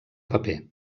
paper